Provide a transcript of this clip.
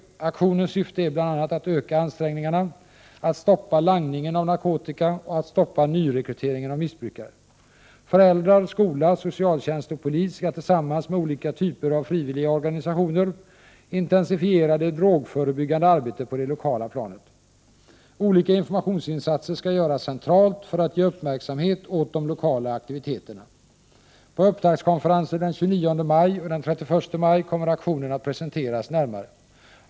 Aktionens syfte är bl.a. att öka ansträngningarna att stoppa langningen av narkotika och att stoppa nyrekryteringen av missbrukare. Föräldrar, skola, socialtjänst och polis skall tillsammans med olika typer av frivilliga organisationer intensifiera det drogförebyggande arbetet på det lokala planet. Olika informationsinsatser skall göras centralt för att ge uppmärksamhet åt de lokala aktiviteterna. På upptaktskonferenser den 29 maj och den 31 maj kommer aktionen att presenteras närmare.